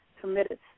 committed